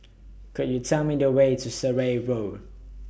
Could YOU Tell Me The Way to Surrey Road